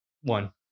one